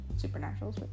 Supernaturals